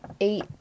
eight